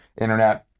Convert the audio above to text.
internet